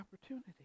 opportunity